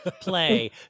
play